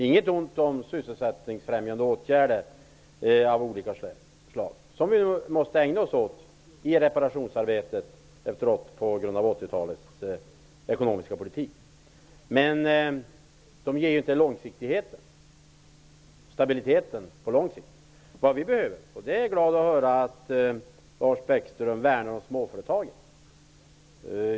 Inget ont sagt om sysselsättningsfrämjande åtgärder av olika slag som vi måste ägna oss åt i reparationsarbetet på grund av 80-talets ekonomiska politik, men det blir inte någon långsiktighet och stabilitet på lång sikt. Jag är glad att höra att Lars Bäckström värnar om småföretagen.